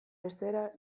bestera